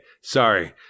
sorry